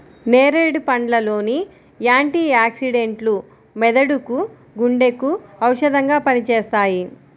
నేరేడు పండ్ల లోని యాంటీ ఆక్సిడెంట్లు మెదడుకు, గుండెకు ఔషధంగా పనిచేస్తాయి